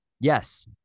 Yes